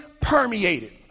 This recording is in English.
permeated